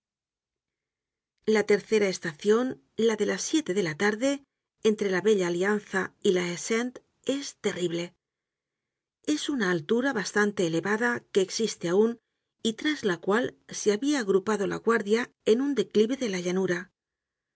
la tercera estacion la de las siete de la tarde entre la bella alianza y la haie sainte es terrible es una altura bastante elevada que existe aun y tras la cual se habia agrupado la guardia en un declive de la llanura